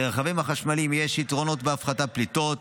לרכבים החשמליים יש יתרונות בהפחתת פליטות,